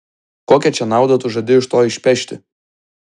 kokią čia naudą tu žadi iš to išpešti